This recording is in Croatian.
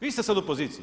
Vi ste sada u poziciji.